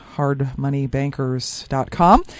hardmoneybankers.com